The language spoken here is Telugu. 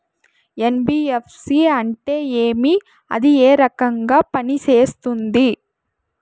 ఎన్.బి.ఎఫ్.సి అంటే ఏమి అది ఏ రకంగా పనిసేస్తుంది